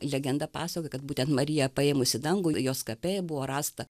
legenda pasakoja kad būtent mariją paėmus į dangų jos kape buvo rasta